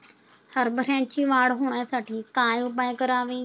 हरभऱ्याची वाढ होण्यासाठी काय उपाय करावे?